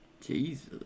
Jesus